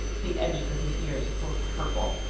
the edges of his ears were purple.